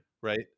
right